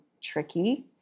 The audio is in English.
tricky